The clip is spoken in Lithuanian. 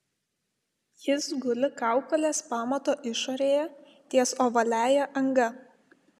jis guli kaukolės pamato išorėje ties ovaliąja anga